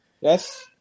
Yes